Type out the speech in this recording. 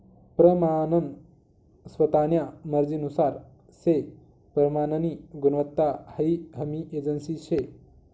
प्रमानन स्वतान्या मर्जीनुसार से प्रमाननी गुणवत्ता हाई हमी एजन्सी शे